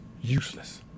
useless